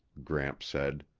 gramps said.